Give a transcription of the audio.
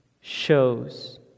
shows